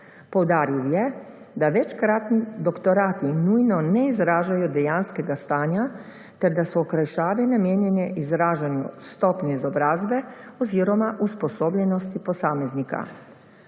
Poudaril je, da večkratni doktorati nujno ne izražajo dejanskega stanja, ter da so okrajšave namenjene izražanju stopnje izobrazbe oziroma usposobljenosti posameznika.